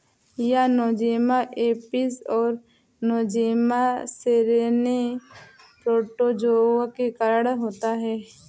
यह Nosema apis और Nosema ceranae protozoa के कारण होता है